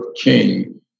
King